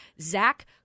Zach